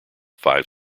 five